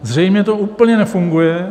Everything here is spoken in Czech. Zřejmě to úplně nefunguje.